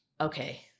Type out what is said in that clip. okay